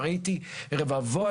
וראיתי רבבות